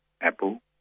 Apple